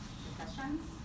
questions